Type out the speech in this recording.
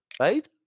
right